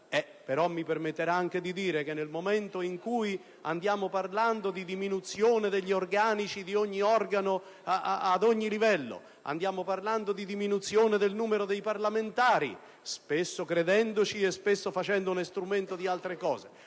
Mi permetterà anche di dire che, nel momento in cui parliamo di diminuzione degli organici di ogni organo ad ogni livello, di diminuzione del numero dei parlamentari, spesso credendoci e spesso facendone uno strumento, e